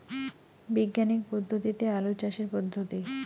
বিজ্ঞানিক পদ্ধতিতে আলু চাষের পদ্ধতি?